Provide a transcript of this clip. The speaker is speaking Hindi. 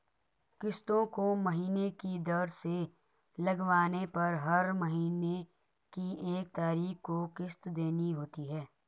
किस्तों को महीने की दर से लगवाने पर हर महीने की एक तारीख को किस्त देनी होती है